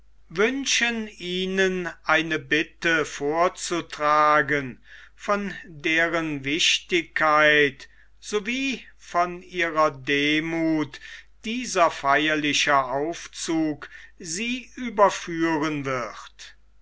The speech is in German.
wünschen ihnen eine bitte vorzutragen von deren wichtigkeit so wie von ihrer demuth dieser feierliche aufzug sie überführen wird